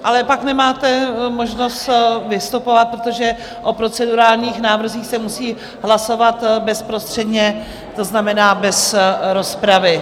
Ale pak nemáte možnost vystupovat, protože o procedurálních návrzích se musí hlasovat bezprostředně, to znamená bez rozpravy.